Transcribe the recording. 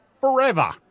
forever